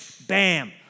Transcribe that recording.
bam